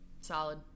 Solid